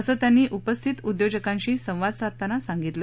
असं त्यांनी उपस्थित उद्योजकांशी संवाद साधताना सांगितलं